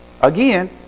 again